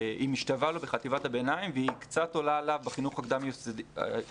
היא משתווה לו בחטיבת הביניים והיא קצת עולה עליו בחינוך הקדם יסודי,